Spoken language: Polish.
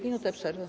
Minuta przerwy.